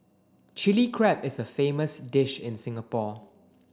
Chilli Crab is a famous dish in Singapore